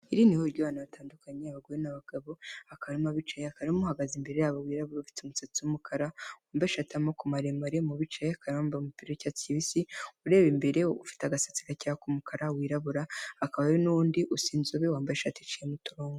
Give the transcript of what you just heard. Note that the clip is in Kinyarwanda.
Iri ni huriro ry'abantu batandukanye abagore n'abagabo, hakaba harimo abicaye, hari n'uhagaze imbere yabo wirabura, afite umusatsi w'umukara, wambaye ishati y'amaboko maremare, mu bicaye hakaba harimo uwambaye umupira w'icyatsi kibisi ureba imbere, ufite agasatsi gakeya k'umukara wirabura, hakaba n'undi usa inzobe wambaye ishati iciyemo uturongo.